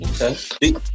Okay